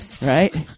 right